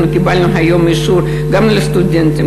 אנחנו קיבלנו היום אישור גם לסטודנטים,